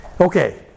Okay